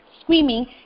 screaming